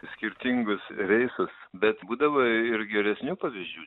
skirtingus reisus bet būdavo ir geresnių pavyzdžių